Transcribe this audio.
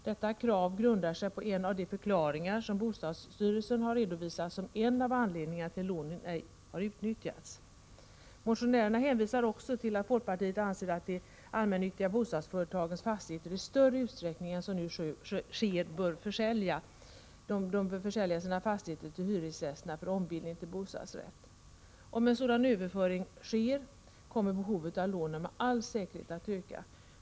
Detta krav grundar sig på en av de förklaringar bostadsstyrelsen har redovisat som en av anledningarna till att lånen ej har utnyttjats. Motionärerna hänvisar också till att folkpartiet anser att de allmännyttiga bostadsföretagen i större utsträckning än nu bör försälja sina fastigheter till hyresgästerna för ombildning till bostadsrätt. Om en sådan överföring sker, kommer behovet av lånen med all säkerhet att öka.